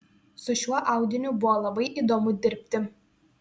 su šiuo audiniu buvo labai įdomu dirbti